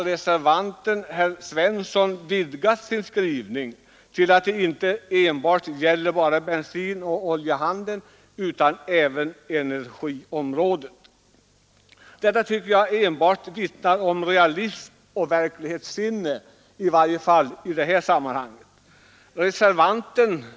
Reservanten herr Svensson i Malmö har vidgat sin skrivning så att den inte gäller enbart bensinoch oljehandeln utan även energiområdet. Detta tycker jag vittnar om realism och verklighetssinne i sammanhanget.